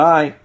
Bye